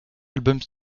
albums